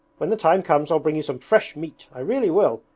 when the time comes i'll bring you some fresh meat, i really will.